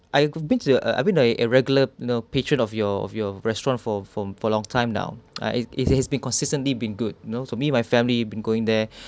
I've been a I've been a a regular you know patron of your of your restaurant for from for long time now ah it has been consistently been good you know to me my family been going there